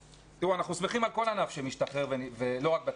אנחנו שמחים על כל ענף שמשתחרר, לא רק בטניס.